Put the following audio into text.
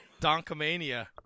Donkomania